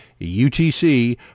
UTC